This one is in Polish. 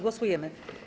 Głosujemy.